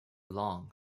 long